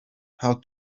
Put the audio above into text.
how